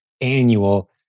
annual